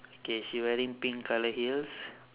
okay she wearing pink colour heels